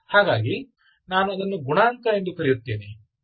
ಹಾಗಾಗಿ ನಾನು ಅದನ್ನು ಗುಣಾಂಕ ಎಂದು ಕರೆಯುತ್ತೇನೆ